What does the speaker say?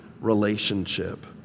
relationship